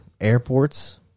airports